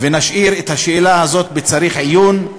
ונשאיר את השאלה הזאת ב"צריך עיון".